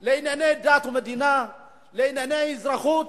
הצעת חוק על ענייני דת ומדינה, ענייני אזרחות.